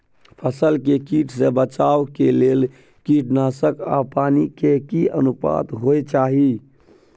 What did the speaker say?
फसल के कीट से बचाव के लेल कीटनासक आ पानी के की अनुपात होय चाही?